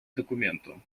документу